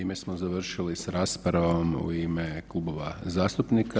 Time smo završili s raspravom u ime klubova zastupnika.